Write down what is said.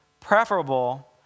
preferable